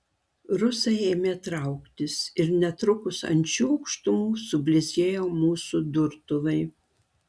rusai ėmė trauktis ir netrukus ant šių aukštumų sublizgėjo mūsų durtuvai